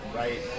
right